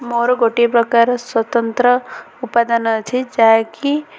ମୋର ଗୋଟିଏ ପ୍ରକାର ସ୍ୱତନ୍ତ୍ର ଉପାଦାନ ଅଛି ଯାହାକି